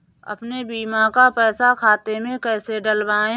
अपने बीमा का पैसा खाते में कैसे डलवाए?